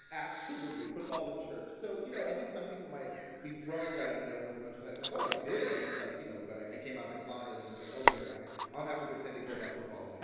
absolutely football and church. so, you know, i think some people might be thrown that i know as much as i i'm like, oh, i did. i just, like, you know but i i came out of the closet and was like, oh, good. i i don't have to pretend to care about football anymore. is